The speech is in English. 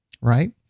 right